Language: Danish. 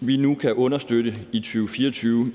vi nu kan understøtte i 2024.